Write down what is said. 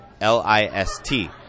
L-I-S-T